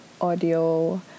audio